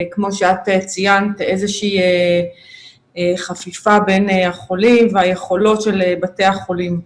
כמו שאת ציינת איזה שהיא חפיפה בין החולים והיכולות של בתי החולים.